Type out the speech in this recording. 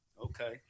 Okay